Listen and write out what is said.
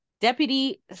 Deputy